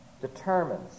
determines